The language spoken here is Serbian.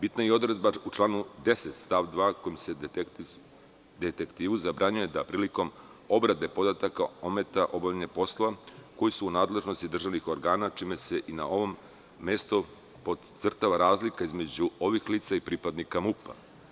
Bitna je i odredba u članu 10. stav 2, kojom se detektivu zabranjuje da prilikom obrade podataka ometa obavljanje posla koji su u nadležnosti državnih organa, čime se i na ovom mestu podcrtava razlika između ovih lica i pripadnika MUP-a.